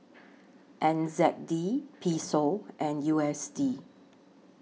N Z D Peso and U S D